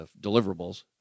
deliverables